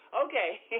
Okay